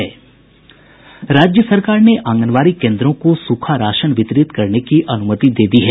राज्य सरकार ने आंगनबाड़ी केन्द्रों को सूखा राशन वितरित करने की अनुमति दे दी है